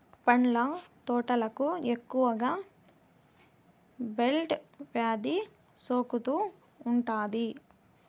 పండ్ల తోటలకు ఎక్కువగా బ్లైట్ వ్యాధి సోకుతూ ఉంటాది